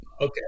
Okay